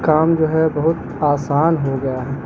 کام جو ہے بہت آسان ہو گیا ہے